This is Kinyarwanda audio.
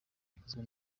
yakozwe